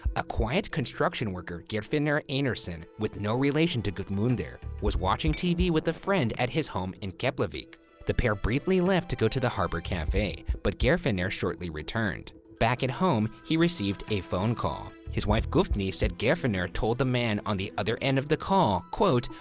a quiet construction worker, geirfinnur einarsson, with no relation to gudmundur, was watching tv with a friend at his home in keflavik the pair briefly left to go to the harbor cafe, but geirfinnur shortly returned. back at home, he received a phone call. his wife, gufni, said geirfinnur told the man on the other end of the call, quote,